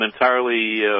entirely